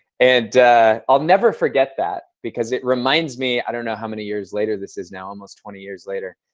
and i'll never forget that because it reminds me, i don't know how many years later, this is now almost twenty years later.